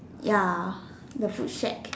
ya the food shack